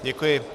Děkuji.